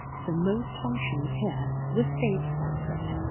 so most functions here were state sponsored.